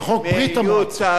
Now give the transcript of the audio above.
זה חוק ברית המועצות.